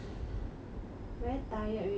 very tired already leh